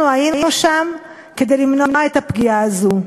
אנחנו היינו שם כדי למנוע את הפגיעה הזאת.